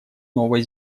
новой